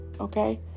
okay